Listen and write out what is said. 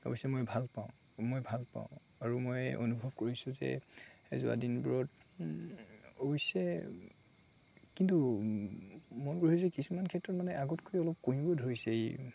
অৱশ্যে মই ভাল পাওঁ মই ভাল পাওঁ আৰু মই অনুভৱ কৰিছোঁ যে যোৱা দিনবোৰত অৱশ্যে কিন্তু মন কৰে যে কিছুমান ক্ষেত্ৰত মানে আগতকৈ অলপ কমিব ধৰিছে এই